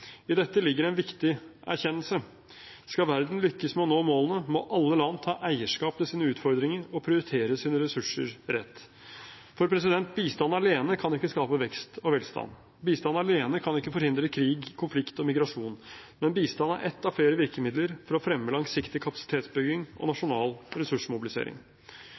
I dette ligger en viktig erkjennelse: Skal verden lykkes med å nå målene, må alle land ta eierskap til sine utfordringer og prioritere sine ressurser rett. For bistand alene kan ikke skape vekst og velstand. Bistand alene kan ikke forhindre krig, konflikt og migrasjon. Men bistand er ett av flere virkemidler for å fremme langsiktig kapasitetsbygging og nasjonal ressursmobilisering.